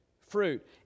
fruit